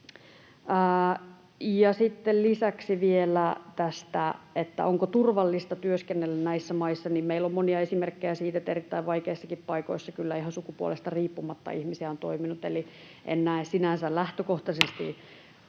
lisäksi vielä tästä, onko turvallista työskennellä näissä maissa: Meillä on monia esimerkkejä siitä, että erittäin vaikeissakin paikoissa kyllä ihan sukupuolesta riippumatta ihmisiä on toiminut. Eli